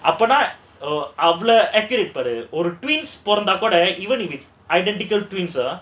அப்போனா அவ்ளோ:apponaa avlo older twins பொறந்தா கூட:poranthaa kooda even if it's identical twins are